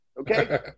Okay